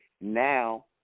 now